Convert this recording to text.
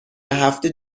هفته